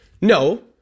No